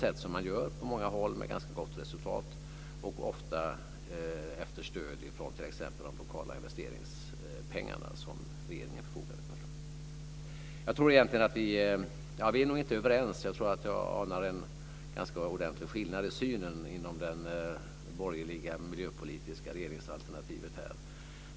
Man gör det på många håll med ganska gott resultat, och ofta efter stöd från t.ex. de lokala investeringspengar som regeringen förfogar över. Vi är nog inte överens - jag anar en ganska ordentlig skillnad i synen inom det borgerliga miljöpolitiska regeringsalternativet här.